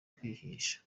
kwihisha